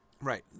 right